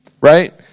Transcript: right